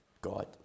God